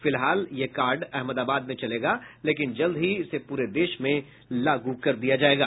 फिलहाल यह कार्ड अहमदाबाद में चलेगा लेकिन जल्द ही इसे पूरे देश में लागू किया जायेगा